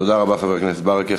תודה רבה, חבר הכנסת ברכה.